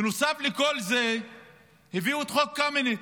בנוסף לכל זה הביאו את חוק קמיניץ,